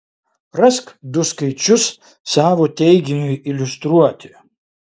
rask du skaičius savo teiginiui iliustruoti